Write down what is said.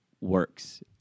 works